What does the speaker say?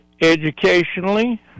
educationally